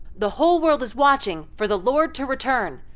the whole world is watching for the lord to return,